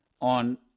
on